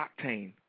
octane